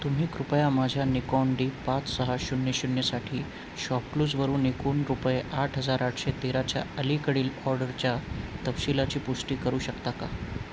तुम्ही कृपया माझ्या निकॉन डी पाच सहा शून्य शून्यसाठी शॉपक्लूजवरून एकून रुपये आठ हजार आठशे तेराच्या अलीकडील ऑर्डरच्या तपशीलाची पुष्टी करू शकता का